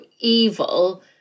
evil